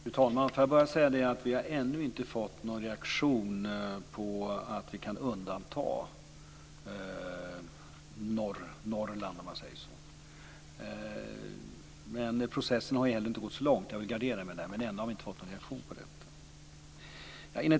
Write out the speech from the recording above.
Fru talman! Får jag bara säga att vi ännu inte har fått någon reaktion på att vi kan undanta Norrland. Men processen har heller inte gått så långt. Jag vill gardera mig där. Men ännu har vi inte fått någon reaktion på detta.